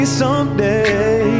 someday